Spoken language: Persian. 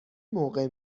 موقع